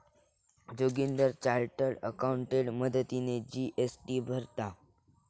Joginder chartered accountant मदतीने GST भरता